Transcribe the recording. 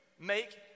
make